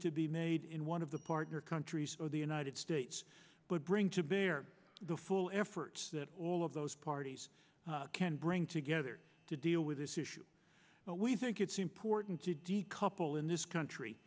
to be made in one of the partner countries or the united states but bring to bear the full effort that all of those parties can bring together to deal with this issue but we think it's important to decouple in this country